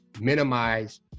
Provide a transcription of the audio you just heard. minimize